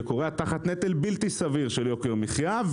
שכורע תחת נטל בלתי סביר של יוקר מחיה,